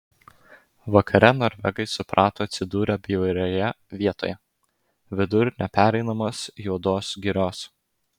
vakare norvegai suprato atsidūrę bjaurioje vietoje vidur nepereinamos juodos girios